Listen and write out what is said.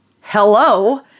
Hello